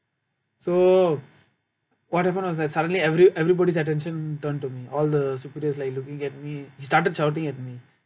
so what happened was that suddenly every~ everybody's attention turned to me all the superiors like looking at me and started shouting at me